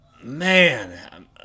man